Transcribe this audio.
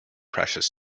precious